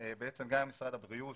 גם עם משרד הבריאות,